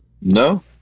No